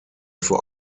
vor